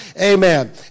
Amen